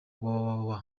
www